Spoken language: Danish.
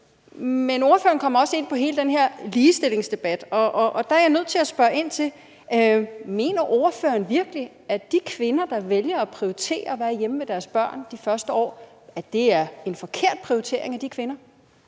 Men ordføreren kom også ind på hele den her ligestillingsdebat, og der er jeg nødt til at spørge ind til, om ordføreren virkelig mener, at de kvinder, der vælger at prioritere at være hjemme hos deres børn de første år, prioriterer forkert. Kl. 18:20 Den